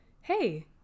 Hey